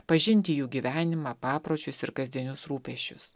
pažinti jų gyvenimą papročius ir kasdienius rūpesčius